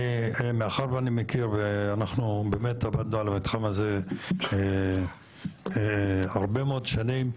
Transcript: מאחר ואני מכיר ואנחנו באמת עבדנו על המתחם הזה הרבה מאוד שנים,